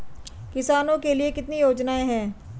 किसानों के लिए कितनी योजनाएं हैं?